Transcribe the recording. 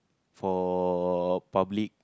for public